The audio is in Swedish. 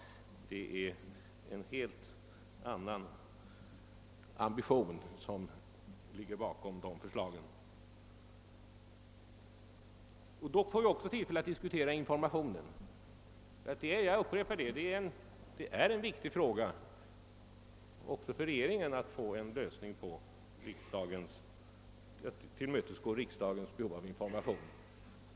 Det är en helt annan ambition som ligger bakom de försla gen. Då får vi också tillfälle att diskutera informationen. Det är — jag upprepar det — en viktig fråga också för regeringen att tillmötesgå riksdagens behov av information.